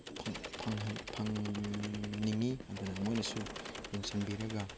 ꯐꯪꯅꯤꯡꯉꯤ ꯑꯗꯨꯅ ꯃꯣꯏꯅꯁꯨ ꯌꯦꯡꯁꯤꯟꯕꯤꯔꯒ